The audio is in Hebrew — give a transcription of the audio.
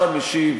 --- שהשר המשיב